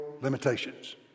limitations